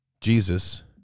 Jesus